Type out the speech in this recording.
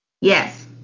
Yes